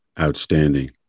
Outstanding